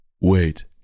Wait